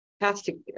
Fantastic